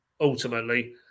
ultimately